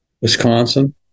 Wisconsin